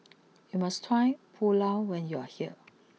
you must try Pulao when you are here